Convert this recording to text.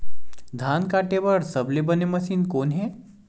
धान काटे बार सबले बने मशीन कोन हे?